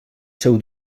seu